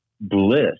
bliss